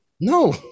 No